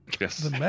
Yes